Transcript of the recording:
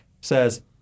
says